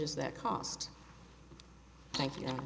s that cost thank you